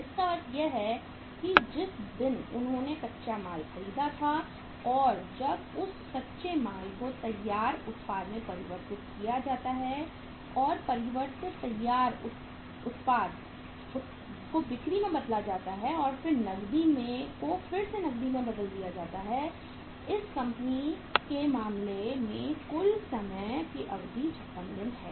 इसका अर्थ यह है कि जिस दिन उन्होंने कच्चा माल खरीदा था और जब उस कच्चे माल को तैयार उत्पाद में परिवर्तित किया गया और परिवर्तित तैयार उत्पाद उत्पादन को बिक्री मैं बदला गया था और फिर नकदी को फिर से नकदी में बदल दिया गया था इस कंपनी के मामले में यह कुल समय अवधि 56 दिन है